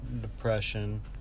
depression